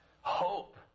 hope